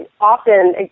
often